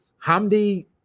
hamdi